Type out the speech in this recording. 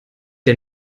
der